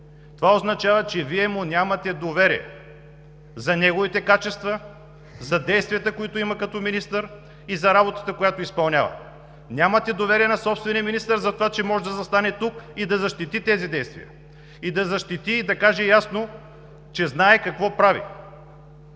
това означава, че Вие му нямате доверие за неговите качества, за действията, които има като министър, и за работата, която изпълнява. Нямате доверие на собствения министър за това, че може да застане тук и да защити тези действия, да защити и да каже ясно, че знае какво прави.